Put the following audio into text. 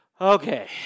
Okay